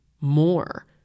more